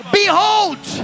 behold